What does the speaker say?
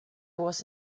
was